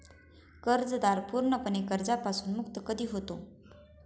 कर्जदार पूर्णपणे कर्जापासून मुक्त कधी होतो?